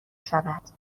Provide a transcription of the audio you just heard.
شود